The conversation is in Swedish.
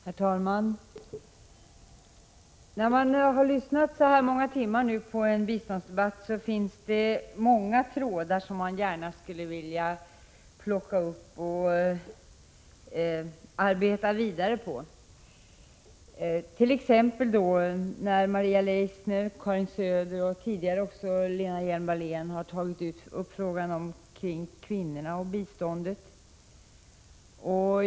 Herr talman! När man har lyssnat på en biståndsdebatt i så här många timmar är det många trådar som man gärna skulle vilja plocka upp och nysta vidare på. Maria Leissner, Karin Söder och tidigare också Lena Hjelm Wallén har tagit upp frågan om kvinnorna och biståndet.